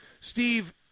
Steve